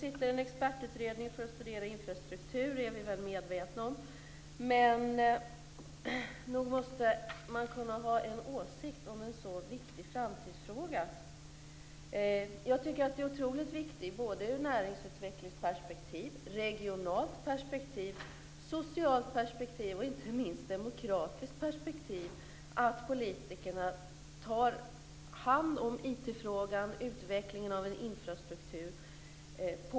Att en expertutredning är tillsatt för att studera infrastrukturen är vi väl medvetna om, men nog måste ministern kunna ha en åsikt om en så viktig framtidsfråga. Jag tycker att det är otroligt viktigt - ur näringsutvecklingsperspektiv, regionalt perspektiv, socialt perspektiv och inte minst ur demokratiskt perspektiv - att politikerna tar ett fast grepp om IT-frågan, utvecklingen av en infrastruktur.